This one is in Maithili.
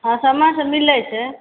हँ समयसँ मिलैत छै